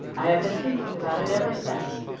i have been thinking about it ever since.